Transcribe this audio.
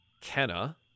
Kenna